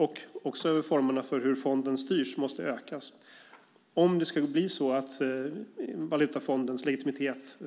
Inflytandet över formerna för hur fonden styrs måste också ökas om Valutafondens legitimitet